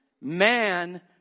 man